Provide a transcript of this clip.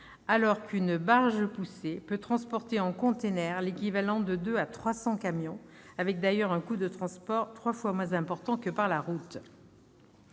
alors qu'une barge poussée peut transporter en conteneurs l'équivalent de 200 à 300 camions, avec d'ailleurs un coût de transport trois fois moins important que par la route. À